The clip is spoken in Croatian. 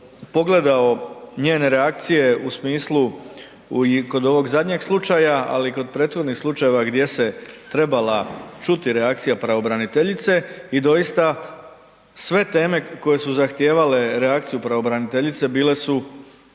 pogledao njene reakcije u smislu kod ovog zadnjeg slučaja ali i kod prethodnih slučajeva gdje se trebala čuti reakcija pravobraniteljice i doista sve teme koje su zahtijevale reakciju pravobraniteljice bile su,